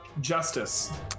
Justice